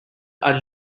are